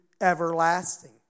everlasting